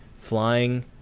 flying